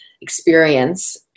experience